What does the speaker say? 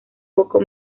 poco